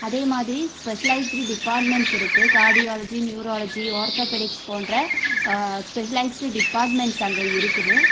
அதே மாதிரி specialised departments இருக்குது கார்டியாலஜி நியூராலஜி ஆர்த்தோபெடிக்ஸ் போன்ற ஸ்பெஷலைஸ்டு டிபார்ட்மெண்ட்ஸ் அங்கே இருக்குது